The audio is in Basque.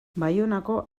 baionako